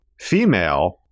female